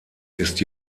ist